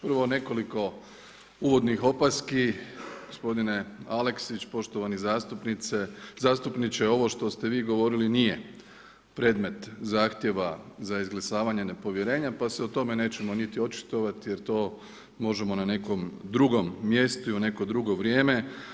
Prvo nekoliko uvodnih opaski gospodine Aleksić, poštovani zastupniče, ovo što ste vi govorili nije predmet zahtjeva za izglasavanje nepovjerenja pa se o tome nećemo niti očitovati jer to možemo na nekom drugom mjestu i u neko drugo vrijeme.